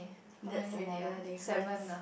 that's another difference